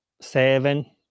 seven